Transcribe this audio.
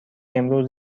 امروز